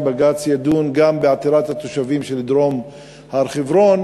בג"ץ ידון גם בעתירת התושבים של דרום הר-חברון,